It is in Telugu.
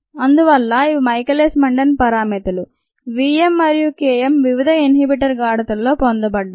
అందువల్ల ఇవి మైఖేలస్ మెండెన్ పరామితులు V m మరియు K m వివిధ ఇన్హిబిటర్ గాఢతల్లో పొందబడ్డాయి